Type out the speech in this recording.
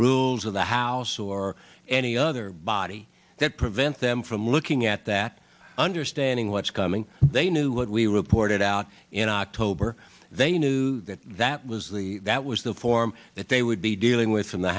rules of the house or any other body that prevents them from looking at that understanding what's coming they knew what we reported out in october they knew that that was the that was the form that they would be dealing with